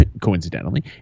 coincidentally